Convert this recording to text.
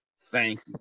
Thank